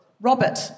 Robert